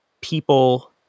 people